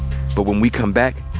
but when we come back,